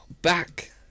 back